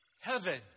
Heaven